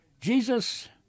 Jesus